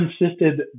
insisted